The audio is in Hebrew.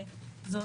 וזו